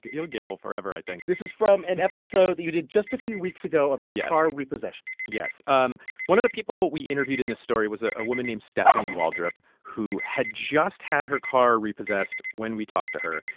he'll gamble forever, i think this is from an episode that you did just a few weeks ago. yeah. about yeah car repossession yes. um one of the people we interviewed in this story was ah a woman named stephanie waldrop, who had just had her car repossessed when we talked to her.